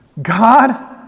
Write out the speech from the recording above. God